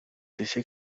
dice